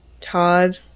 Todd